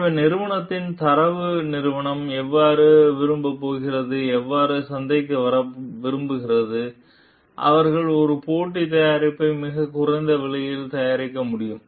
எனவே நிறுவனத்தின் தர நிறுவனம் எவ்வாறு விரும்பப் போகிறது எவ்வாறு சந்தைக்கு வர விரும்புகிறது அவர்கள் ஒரு போட்டி தயாரிப்பை மிகக் குறைந்த விலையில் தயாரிக்க முடியும்